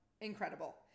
incredible